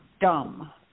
dumb